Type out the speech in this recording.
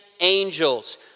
angels